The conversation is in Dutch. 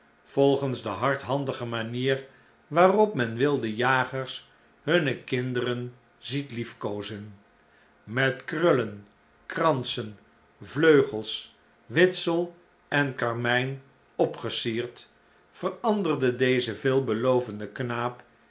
volgens de hardhandige manier waarop men wilde jagers hunne kinderen ziet liefkoozen met krullen kransen vleugels witsel en karmijn opgesierd veranderde deze veelbelovende knaap